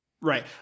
Right